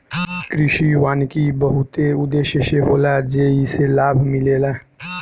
कृषि वानिकी बहुते उद्देश्य से होला जेइसे लाभ मिलेला